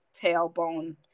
tailbone